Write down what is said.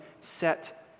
set